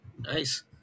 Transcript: Nice